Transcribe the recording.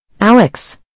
Alex